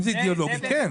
אם זה אידיאולוגי כן.